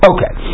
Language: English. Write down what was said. Okay